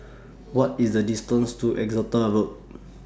What IS The distance to Exeter Road